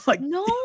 no